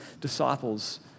disciples